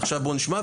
עכשיו נשמע,